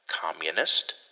Communist